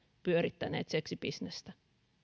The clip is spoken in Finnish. pyörittäneet seksibisnestä